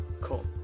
cool